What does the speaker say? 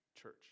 church